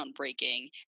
groundbreaking